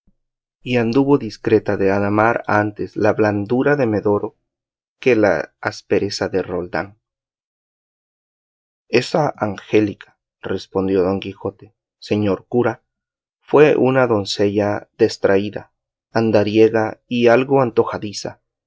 y anduvo discreta de adamar antes la blandura de medoro que la aspereza de roldán esa angélica respondió don quijote señor cura fue una doncella destraída andariega y algo antojadiza